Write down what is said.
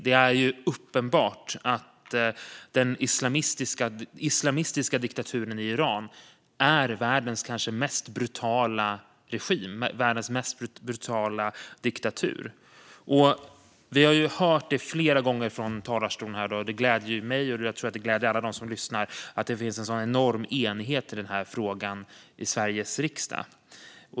Det är uppenbart att den islamistiska diktaturen i Iran är världens kanske mest brutala regim och diktatur. Vi har hört flera gångar här från talarstolen i dag, och det gläder mig och alla dem som lyssnar att det finns en sådan enorm enighet i den här frågan i Sveriges riksdag.